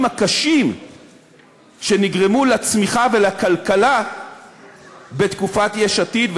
הקשים שנגרמו לצמיחה ולכלכלה בתקופת יש עתיד.